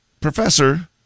professor